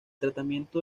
tratamiento